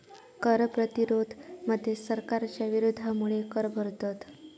कर प्रतिरोध मध्ये सरकारच्या विरोधामुळे कर भरतत